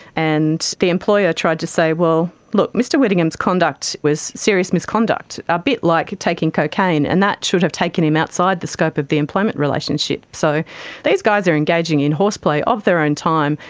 and the employer tried to say, well, look, mr whittingham's conduct was serious misconduct, a bit like taking cocaine, and that should have taken him outside the scope of the employment relationship. so these guys are engaging in horseplay of their own time,